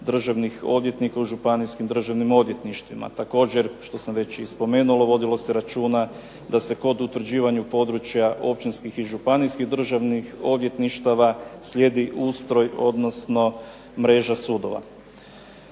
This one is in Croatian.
državnih odvjetnika u županijskim državnim odvjetništvima. Također, što sam već i spomenuo vodilo se računa da se kod utvrđivanja područja općinskih i županijskih državnih odvjetništava slijedi ustroj, odnosno mreža sudova.